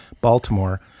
Baltimore